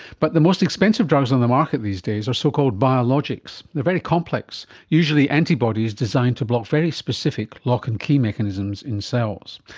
but the most expensive drugs on the market these days are so-called biologics, they are very complex, usually antibodies designed to block very specific lock and key mechanisms in cells.